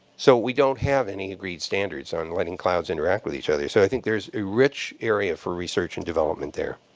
so we don't have any agreed standards on letting clouds interact with each other. so i think there's a rich area for research and development there.